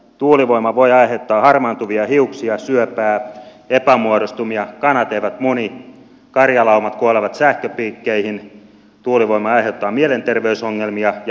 tuulivoima voi aiheuttaa harmaantuvia hiuksia syöpää epämuodostumia kanat eivät muni karjalaumat kuolevat sähköpiikkeihin tuulivoima aiheuttaa mielenterveysongelmia ja unettomuutta